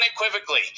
unequivocally